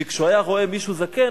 שכשהיה רואה מישהו זקן,